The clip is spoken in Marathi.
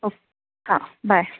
ओके हा बाय